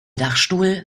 dachstuhl